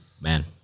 man